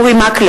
נגד אורי מקלב,